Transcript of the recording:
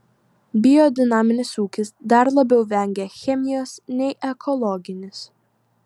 biodinaminis ūkis dar labiau vengia chemijos nei ekologinis